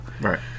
right